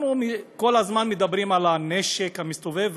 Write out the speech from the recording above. אנחנו כל הזמן מדברים על הנשק המסתובב,